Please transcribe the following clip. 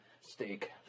Steak